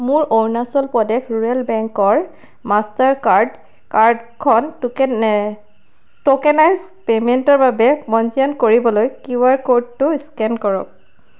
মোৰ অৰুণাচল প্ৰদেশ ৰুৰেল বেংকৰ Mastercard কাৰ্ডখন টোকেনে ট'কেনাইজ্ড পে'মেণ্টৰ বাবে পঞ্জীয়ন কৰিবলৈ কিউআৰ ক'ডটো স্কেন কৰক